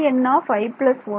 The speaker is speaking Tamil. Eni 1